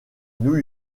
new